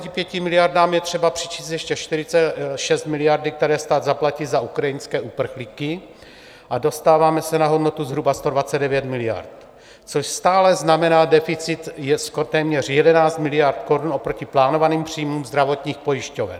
K těmto 125 miliardám je třeba přičíst ještě 46 miliard, které stát zaplatí za ukrajinské uprchlíky, a dostáváme se na hodnotu zhruba 129 miliard, což stále znamená deficit téměř 11 miliard korun oproti plánovaným příjmům zdravotních pojišťoven.